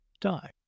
die